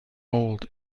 old